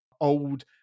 old